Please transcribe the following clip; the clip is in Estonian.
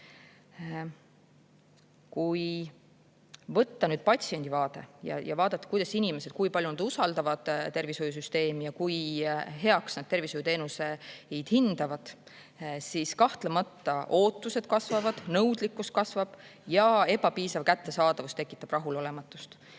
võtta patsiendi vaade, vaadata seda, kui palju inimesed usaldavad tervishoiusüsteemi ja kui heaks nad tervishoiuteenuseid hindavad, siis kahtlemata ootused kasvavad, nõudlikkus kasvab ja ebapiisav kättesaadavus tekitab rahulolematust.